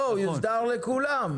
לא, הוא יוסדר לכולם.